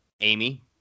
Amy